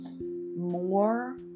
more